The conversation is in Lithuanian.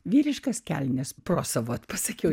vyriškas kelnes pro savo pasakiau